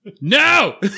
No